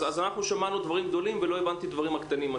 שמענו דברים גדולים ולא הבנתי את הדברים הקטנים.